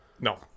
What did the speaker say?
No